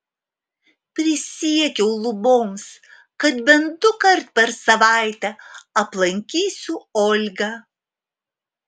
prisiekiau luboms kad bent dukart per savaitę aplankysiu olgą